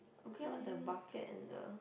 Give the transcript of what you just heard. okay lor the bucket and the